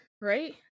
right